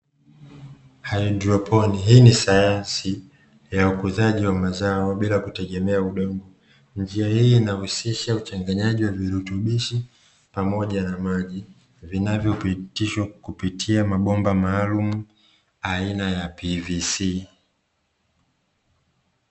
Haidroponi: Hii ni sayansi ya ukuzaji wa mazao bila kutegemea udongo. Njia hii inahusisha uchanganyaji wa virutubishi pamoja na maji vinavyopitishwa kupitia mabomba maalumu aina ya "PVC".